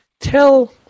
Tell